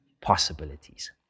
possibilities